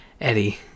Eddie